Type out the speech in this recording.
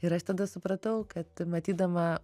ir aš tada supratau kad matydama